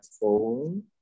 phone